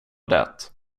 det